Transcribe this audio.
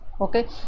okay